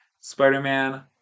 Spider-Man